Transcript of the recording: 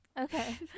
Okay